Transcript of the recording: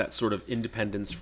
that sort of independence